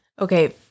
Okay